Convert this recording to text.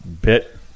bit